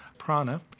Prana